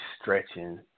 stretching